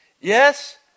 yes